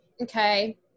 Okay